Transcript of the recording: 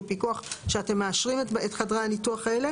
פיקוח שאתם מאשרים את חדרי הניתוח האלה.